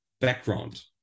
background